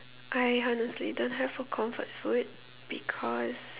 I honestly don't have a comfort food because